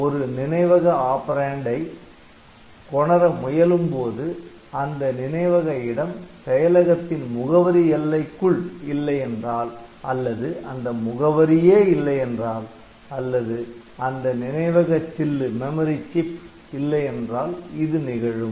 ஒரு நினைவக ஆப்பரேன்ட் ஐ நினைவக வினை ஏற்பி கொணர முயலும்போது அந்த நினைவக இடம் செயலகத்தின் முகவரி எல்லைக்குள் இல்லையென்றால் அல்லது அந்த முகவரியே இல்லை என்றால் அல்லது அந்த நினைவக சில்லு இல்லையென்றால் இது நிகழும்